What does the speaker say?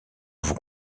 vous